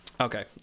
Okay